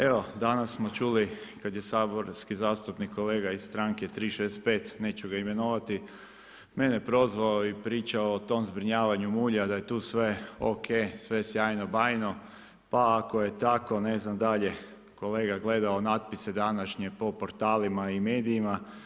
Evo, danas smo čuli, kad je saborski zastupnik, kolega iz stranke 365 neću ga imenovati, mene prozvao i pričao o tom zbrinjavanju mulja, da je tu sve ok, sve sjajno, bajno, pa ako je tako, ne znam, dalje, kolega gledao natpise, današnje po portalima i medijima.